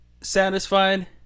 satisfied